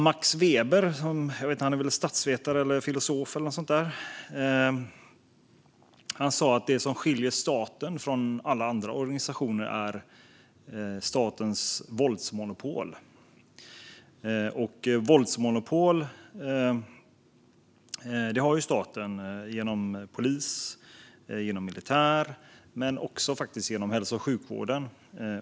Max Weber, som var statsvetare, filosof eller liknande sa att det som skiljer staten från alla andra organisationer är statens våldsmonopol. Våldsmonopol har staten genom polis och militär, men faktiskt också genom hälso och sjukvården.